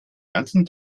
ganzen